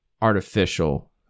artificial